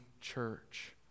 church